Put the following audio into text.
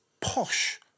posh